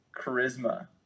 charisma